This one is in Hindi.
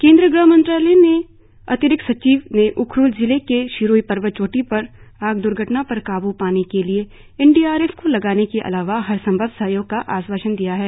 केंद्रीय गृह मंत्रालय के अतिरिक्त सचिव ने उखरुल जिले के शिरुई पर्वत चोटी पर आग द्र्घटना पर काब् पाने के लिए एनडीआरएफ को लगाने के अलावा हर संभव सहयोग का आश्वासन दिया है